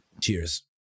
Cheers